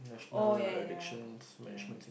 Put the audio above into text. oh ya ya ya ya